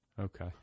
Okay